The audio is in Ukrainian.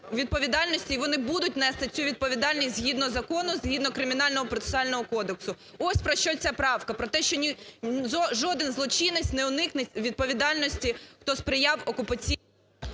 вони будуть нести цю відповідальність, згідно закону, згідно Кримінально-процесуального кодексу. Ось про що ця правка, про те, що жоден злочинець не уникне відповідальності, хто сприяв…